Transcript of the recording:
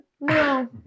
No